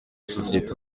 sosiyete